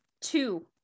two